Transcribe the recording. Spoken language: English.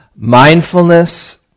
Mindfulness